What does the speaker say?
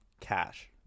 cash